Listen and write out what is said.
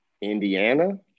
Indiana